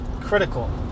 critical